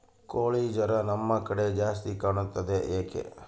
ಕೋಳಿ ಜ್ವರ ನಮ್ಮ ಕಡೆ ಜಾಸ್ತಿ ಕಾಣುತ್ತದೆ ಏಕೆ?